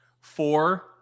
Four